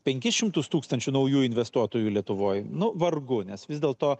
penkis šimtus tūkstančių naujų investuotojų lietuvoj nu vargu nes vis dėlto